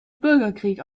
bürgerkrieg